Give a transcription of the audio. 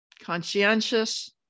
conscientious